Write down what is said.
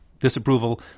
Disapproval